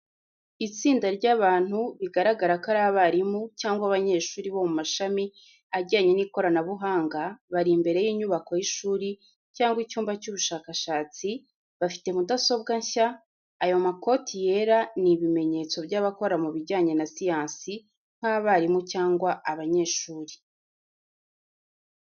Itsinda ry’abantu, bigaragara ko ari abarimu cyangwa abanyeshuri bo mu mashami ajyanye n'ikoranabuhanga bari imbere y'inyubako y’ishuri cyangwa icyumba cy'ubushakashatsi, bafite mudasobwa nshya, ayo makoti yera ni ibimenyetso by'abakora mu bijyanye na siyansi nk’abarimu cyangwa abanyeshuri.